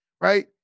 right